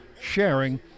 sharing